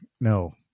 no